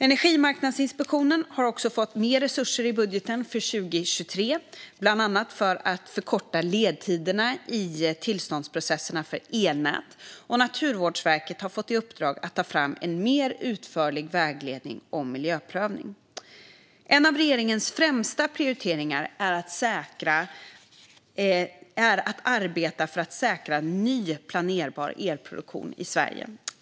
Energimarknadsinspektionen har fått mer resurser i budgeten för 2023, bland annat för att förkorta ledtiderna i tillståndsprocesserna för elnät, och Naturvårdsverket har fått i uppdrag att ta fram en mer utförlig vägledning om miljöprövning. En av regeringens främsta prioriteringar är att arbeta för att säkra ny planerbar elproduktion i Sverige.